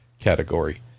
category